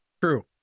True